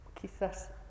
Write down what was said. quizás